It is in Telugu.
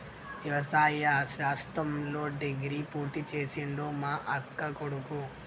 వ్యవసాయ శాస్త్రంలో డిగ్రీ పూర్తి చేసిండు మా అక్కకొడుకు